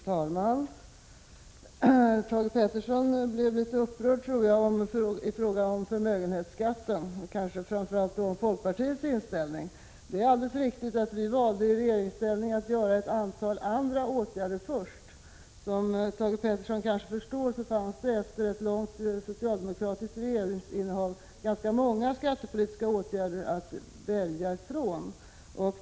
Fru talman! Thage Peterson blev litet upprörd, tror jag, i fråga om förmögenhetsskatten, kanske framför allt över folkpartiets inställning. Det är alldeles riktigt att vi i regeringsställning valde att vidta ett antal andra åtgärder först. Som Thage Peterson kanske förstår fanns det efter ett långt socialdemokratiskt regeringsinnehav ganska många skattepolitiska åtgärder att välja bland.